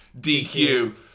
DQ